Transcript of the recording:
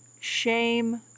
shame